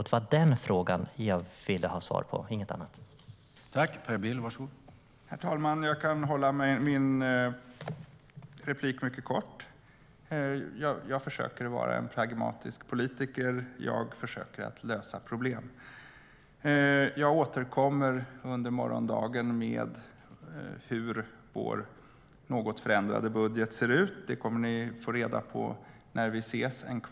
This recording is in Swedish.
Det var den frågan jag ville ha svar på och ingenting annat.